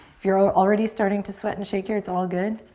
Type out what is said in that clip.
if you're already starting to sweat and shake here, it's all good.